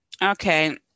Okay